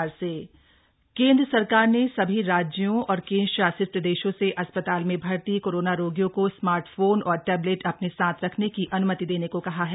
रोगियों को स्मार्टफोन केंद्र सरकार ने सभी राज्यों और केंद्रशासित प्रदेशों से अस्पताल में भर्ती कोरोना रोगियों को स्मार्टफोन और टेबलेट अपने साथ रखने की अन्मति देने को कहा है